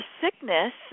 sickness